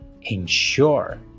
ensure